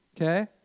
Okay